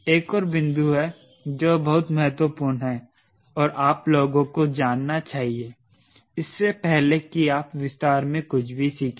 एक और बिंदु है जो बहुत महत्वपूर्ण है और आप लोगों को जानना चाहिए इससे पहले कि आप विस्तार से कुछ भी सीखें